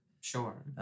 Sure